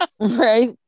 Right